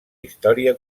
història